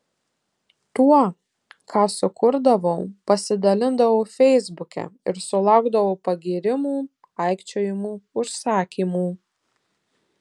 tuo ką sukurdavau pasidalindavau feisbuke ir sulaukdavau pagyrimų aikčiojimų užsakymų